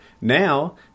Now